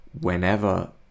whenever